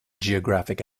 geographic